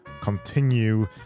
continue